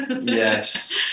Yes